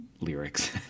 lyrics